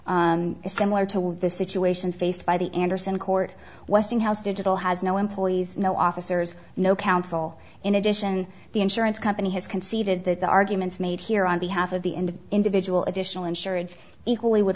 is similar to what the situation faced by the andersen court westinghouse digital has no employees no officers no counsel in addition the insurance company has conceded that the arguments made here on behalf of the in the individual additional insurance equally would